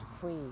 free